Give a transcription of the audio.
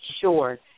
sure